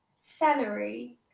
Celery